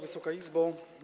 Wysoka Izbo!